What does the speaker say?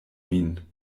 min